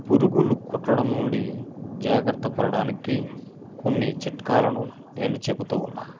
పురుగులు కుట్టడం నుండి జాగ్రత్త పడడానికి కొన్ని చిట్కాలను నేను చెబుతూ ఉన్నాను